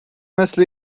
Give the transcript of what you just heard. مثل